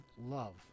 love